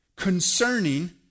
concerning